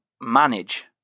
manage